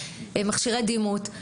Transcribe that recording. מכשירי דימות.